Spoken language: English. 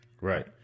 Right